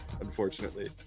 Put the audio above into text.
unfortunately